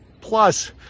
Plus